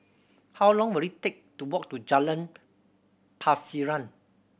how long will it take to walk to Jalan Pasiran